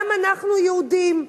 גם אנחנו יהודים,